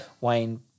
Wayne